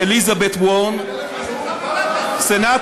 והוא יעשה זאת מן הצד,